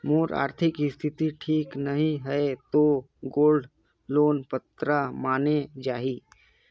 मोर आरथिक स्थिति ठीक नहीं है तो गोल्ड लोन पात्रता माने जाहि?